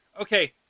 okay